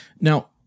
Now